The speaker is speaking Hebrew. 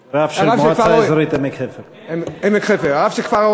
לא, הרב של המועצה האזורית עמק חפר.